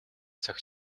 цаг